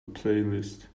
playlist